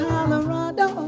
Colorado